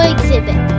Exhibit